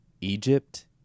Egypt